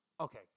Okay